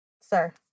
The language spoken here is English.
Sir